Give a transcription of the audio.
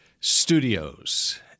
Studios